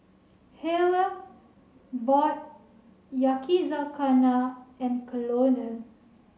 Halle bought Yakizakana and Colonel